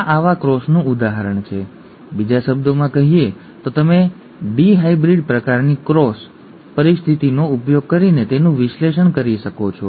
આ આવા ક્રોસનું ઉદાહરણ છે ઠીક છે બીજા શબ્દોમાં કહીએ તો તમે ડિહાઇબ્રિડ પ્રકારની ક્રોસ પરિસ્થિતિનો ઉપયોગ કરીને તેનું વિશ્લેષણ કરી શકો છો